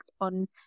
on